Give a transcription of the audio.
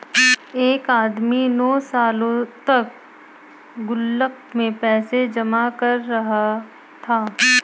एक आदमी नौं सालों तक गुल्लक में पैसे जमा कर रहा था